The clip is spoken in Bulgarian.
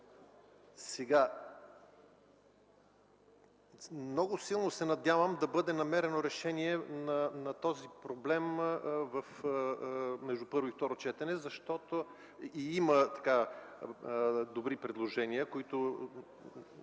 ненужна. Силно се надявам да бъде намерено решение на този проблем между първо и второ четене, защото има добри предложения, които,